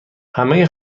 همه